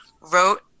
wrote